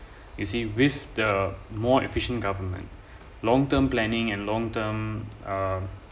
you see with the more efficient government long term planning and long term um